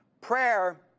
Prayer